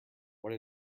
what